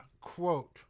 Quote